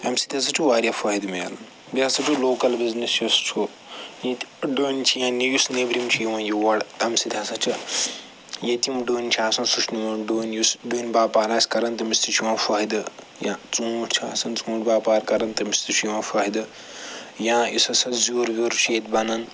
اَمہِ سۭتۍ ہَسا چھُ وارِیاہ فٲیدٕ مِلان بیٚیہِ ہَسا چھُ لوکل بِزنِس یُس چھُ ییٚتہِ ڈوٚنۍ چھِ یا نِوِس نٮ۪برِم چھِ یِوان یور تَمہِ سۭتۍ ہسا چھُ ییٚتہِ یِم ڈوٚنۍ چھِ آسن سُہ چھُ ڈوٚنۍ یُس ڈوٚنۍ باپار آسہِ کَران تٔمِس تہِ چھُ یِون فٲہدٕ یا ژوٗنٹۍ چھِ آسن ژوٗنٹۍ باپار کَرن تٔمِس تہِ چھُ یِون فٲہدٕ یا یُس ہَسا زیُر ویُر چھِ ییٚتہِ بنٛن